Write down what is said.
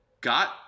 got